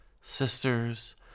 Sisters